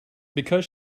because